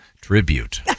tribute